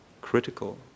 critical